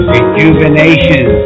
Rejuvenation